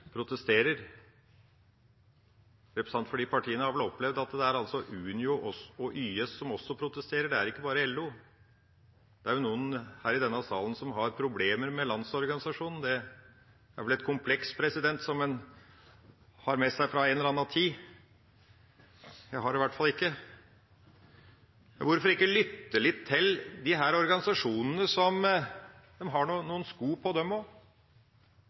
protesterer. Representanter for de partiene har vel opplevd at Unio og YS også protesterer, det er ikke bare LO. Det er jo noen her i denne salen som har problemer med Landsorganisasjonen. Det er vel et kompleks som en har med seg fra en eller annen tid – jeg har det i hvert fall ikke. Hvorfor ikke lytte litt til disse organisasjonene? De har noen sko på, de også, de jobber nå med dette hver dag, og